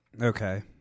Okay